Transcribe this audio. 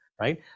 right